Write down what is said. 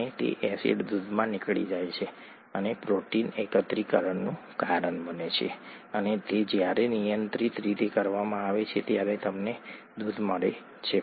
અને તે એસિડ દૂધમાં નીકળી જાય છે અને પ્રોટીન એકત્રીકરણનું કારણ બને છે અને તે જ્યારે નિયંત્રિત રીતે કરવામાં આવે છે ત્યારે તમને દૂધ મળે છે